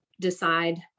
decide